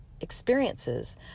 experiences